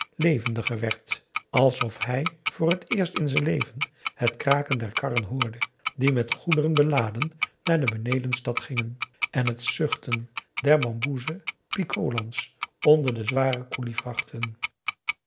levendiger werd alsof hij voor t eerst in zijn leven het kraken der karren hoorde die met goederen beladen naar de benedenstad gingen en het zuchten der bamboezen pikolans onder de zware